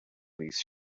these